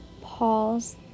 pause